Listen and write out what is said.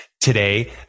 today